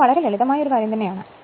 ഇത് വളരെ ലളിതമായ കാര്യമാണ്